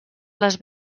les